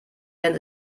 wenn